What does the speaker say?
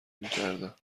میکردن